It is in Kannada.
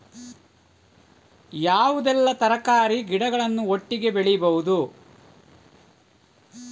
ಯಾವುದೆಲ್ಲ ತರಕಾರಿ ಗಿಡಗಳನ್ನು ಒಟ್ಟಿಗೆ ಬೆಳಿಬಹುದು?